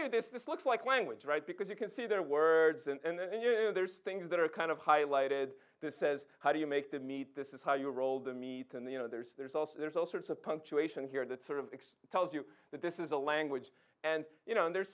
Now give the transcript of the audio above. you this this looks like language right because you can see their words and you know there's things that are kind of highlighted this says how do you make them eat this is how you roll the meat and the you know there's there's also there's all sorts of punctuation here that sort of x tells you that this is a language and you know there's